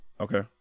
Okay